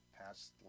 passed